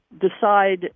decide